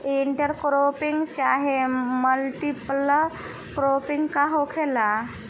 Inter cropping चाहे multiple cropping का होखेला?